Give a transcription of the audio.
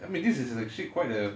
uh I mean this is actually quite a